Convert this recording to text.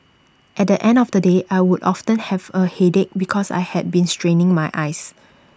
at the end of the day I would often have A headache because I had been straining my eyes